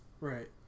right